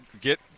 get